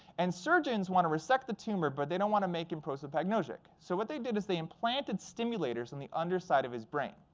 and surgeons want to resect the tumor, but they don't want to make him prosopagnosiac. so what they did is they implanted stimulators on and the underside of his brain.